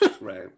Right